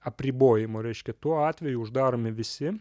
apribojimų reiškia tuo atveju uždaromi visi